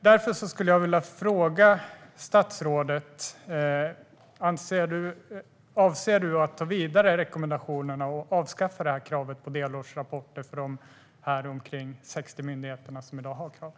Därför skulle jag vilja fråga statsrådet: Avser du att ta vidare rekommendationerna och avskaffa kravet på delårsrapporter för de omkring 60 myndigheter som i dag har det kravet?